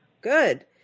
good